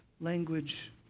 language